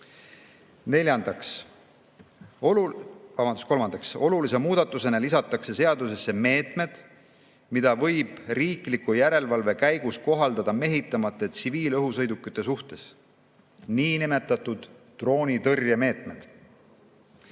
Kolmanda olulise muudatusena lisatakse seadusesse meetmed, mida võib riikliku järelevalve käigus kohaldada mehitamata tsiviilõhusõidukite suhtes, niinimetatud droonitõrjemeetmed.